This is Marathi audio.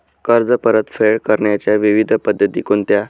कर्ज परतफेड करण्याच्या विविध पद्धती कोणत्या?